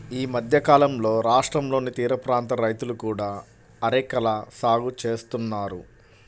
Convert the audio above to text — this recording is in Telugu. ఈ మధ్యకాలంలో రాష్ట్రంలోని తీరప్రాంత రైతులు కూడా అరెకల సాగు చేస్తున్నారు